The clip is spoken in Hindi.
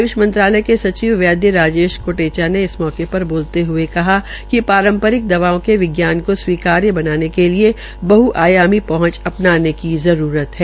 आय्ष मंत्रालय के सचिव वैद्य राजेश कोटेचा ने इस मौके पर बोलते हये कहा कि पारंपरिक दवाओं के विज्ञानको स्वीकार्य बनाने के लिये बहुअयामी पहुंच अपनाने की जरूरत है